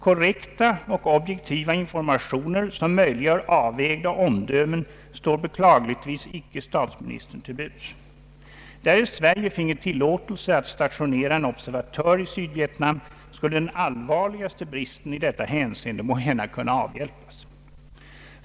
Korrekta och objektiva informationer som möjliggör avvägda omdömen står beklagligtvis icke statsministern till buds. Därest Sverige finge tillåtelse att stationera en observatör i Sydvietnam, skulle den allvarligaste bristen i detta hänseende måhända kunna avhjälpas.